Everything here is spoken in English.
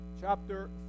chapter